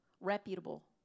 Reputable